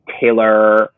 Taylor